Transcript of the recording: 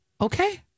Okay